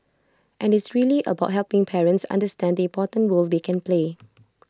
and IT is really about helping parents understand the important role they can play